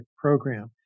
program